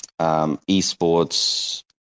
esports